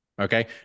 okay